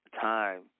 time